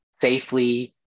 safely